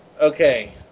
okay